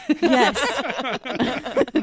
yes